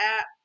app